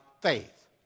faith